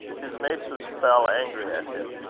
his mates was fell angry at him,